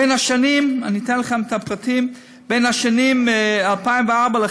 בין השנים, אני אתן לכם את הפרטים, 2004 ו-2011,